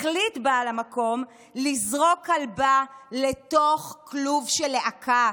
החליט בעל המקום לזרוק כלבה לתוך כלוב של להקה.